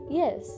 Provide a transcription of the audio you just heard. yes